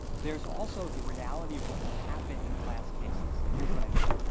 there's also the reality of what will happen in class cases, and here's what i mean.